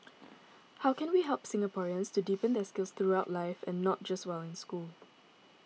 how can we help Singaporeans to deepen their skills throughout life and not just while in school